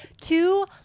two